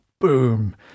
boom